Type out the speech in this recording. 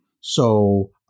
So-